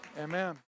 Amen